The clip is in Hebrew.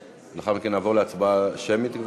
לאחר מכן נעבור להצבעה שמית.